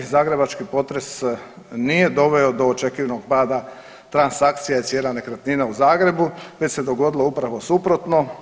Zagrebački potres nije doveo do očekivanog pada transakcija i cijena nekretnina u Zagrebu već se dogodilo upravo suprotno.